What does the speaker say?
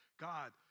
God